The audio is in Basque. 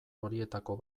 horietako